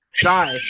Die